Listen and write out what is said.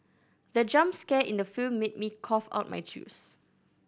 the jump scare in the film made me cough out my juice